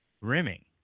rimming